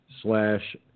slash